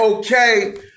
Okay